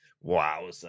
Wow